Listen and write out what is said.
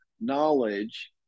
knowledge